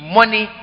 money